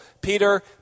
Peter